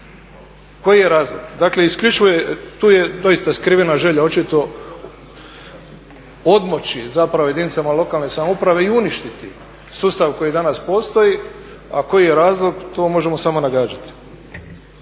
Koji je razlog? Dakle, isključivo tu je doista skrivena želja očito odmoći zapravo jedinicama lokalne samouprave i uništiti sustav koji danas postoji, a koji je razlog to možemo samo nagađati.